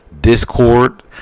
Discord